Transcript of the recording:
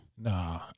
Nah